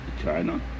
China